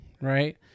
right